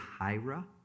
Hira